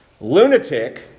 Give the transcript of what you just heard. Lunatic